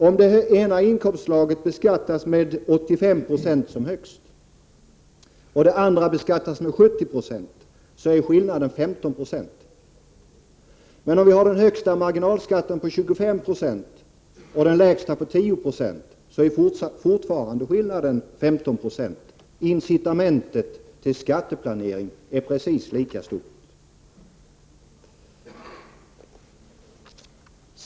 Om det ena inkomstslaget beskattas med 85 96 som högst och det andra med 70 96 är skillnaden 15 26. Om vi har den högsta marginalskatten på 25 26 och den lägsta på 10 2 är fortfarande skillnaden 15 96. Incitamentet till skatteplanering är precis lika stort.